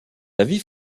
avis